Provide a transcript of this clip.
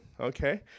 okay